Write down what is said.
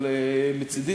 אבל מצדי,